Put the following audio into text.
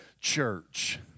church